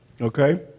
okay